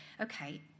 okay